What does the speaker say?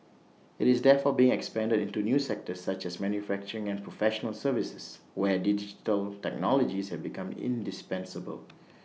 IT is therefore being expanded into new sectors such as manufacturing and professional services where digital technologies have become indispensable